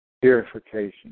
purification